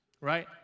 right